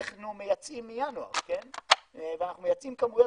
אנחנו מייצאים מינואר ואנחנו מייצאים כמויות